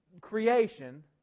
creation